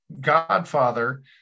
godfather